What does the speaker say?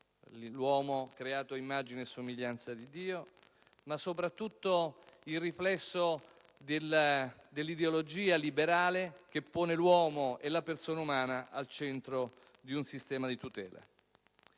(l'uomo creato ad immagine e somiglianza di Dio), ma soprattutto il riflesso dell'ideologia liberale che pone l'uomo e la persona umana al centro di un sistema di tutele.